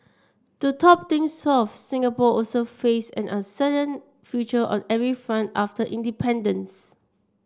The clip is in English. to top things off Singapore also faced an uncertain future on every front after independence